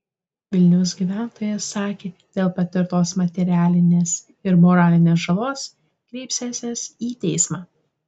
vilniaus gyventojas sakė dėl patirtos materialinės ir moralinės žalos kreipsiąsis į teismą